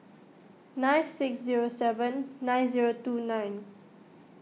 nine six zero seven nine zero two nine